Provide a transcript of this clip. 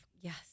yes